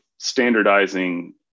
standardizing